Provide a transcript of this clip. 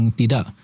tidak